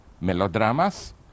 melodramas